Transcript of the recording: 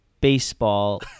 Baseball